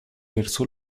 verso